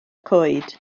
coed